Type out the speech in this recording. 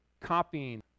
copying